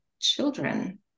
children